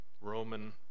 Roman